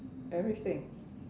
everything